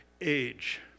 age